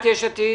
עתיד.